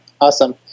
Awesome